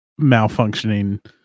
malfunctioning